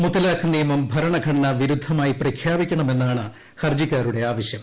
മുത്തലാഖ് നിയമം ഭരണ ഘടനാവിരുദ്ധമായി പ്രഖ്യാപിക്കണമെന്നാണ് ഹർജിക്കാരുടെ ആവശ്യം